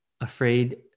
afraid